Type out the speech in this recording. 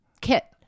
kit